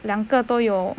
两个都有